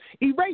Erase